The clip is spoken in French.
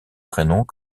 prénoms